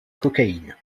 cocaïne